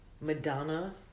Madonna